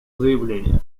заявление